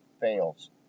fails